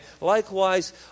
likewise